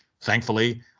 thankfully